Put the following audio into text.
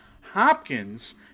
Hopkins